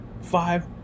five